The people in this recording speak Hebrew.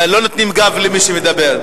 לא נותנים גב למי שמדבר.